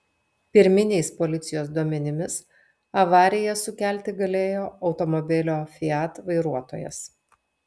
pirminiais policijos duomenimis avariją sukelti galėjo automobilio fiat vairuotojas